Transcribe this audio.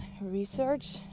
research